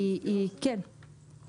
היא כן,